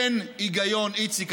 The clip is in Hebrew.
אין היגיון, איציק.